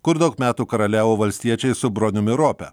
kur daug metų karaliavo valstiečiai su broniumi rope